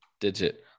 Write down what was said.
digit